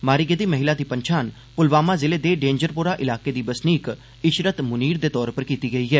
मारी गेदी महिला दी पन्छान पुलवामा जिले दे डेंजरपोरा इलाके दी बसनीक इषरत मुनीर दे तौर उप्पर कीती गेई ऐ